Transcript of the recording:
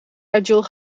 agile